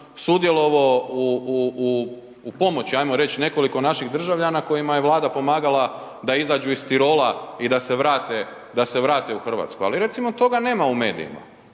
u, u, u, u pomoći ajmo reć nekoliko naših državljana kojima je Vlada pomagala da izađu iz Tirola i da se vrate, da se vrate u RH, ali recimo toga nema u medijima.